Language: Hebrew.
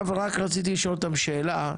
רק רציתי לשאול אותם שאלה.